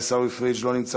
עיסאווי פריג' לא נמצא,